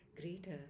greater